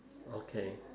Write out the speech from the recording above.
okay